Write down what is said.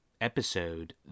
episode